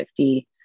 50